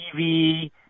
TV